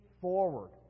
forward